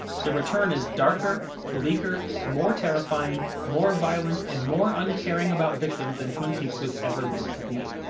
the return is darker, bleaker, more terrifying, more violent, and more uncaring about victims than twin peaks was ever meant to be.